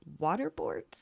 waterboards